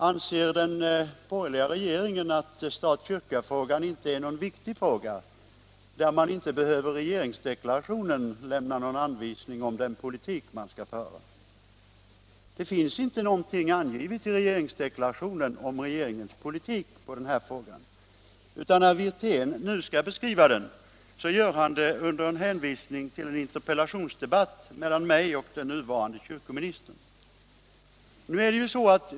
Anser den borgerliga regeringen att stat-kyrka-frågan inte är någon viktig fråga, där man inte behöver lämna någon anvisning i regeringsdeklarationen om den politik man skall föra? Det finns inte någonting angivet i regeringsdeklarationen om regeringens politik i den här frågan. När herr Wirtén nu skall beskriva regeringens politik gör han det med en hänvisning till en interpellationsdebatt mellan mig och den nuvarande kyrkoministern.